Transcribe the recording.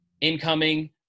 Incoming